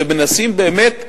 ומנסים באמת,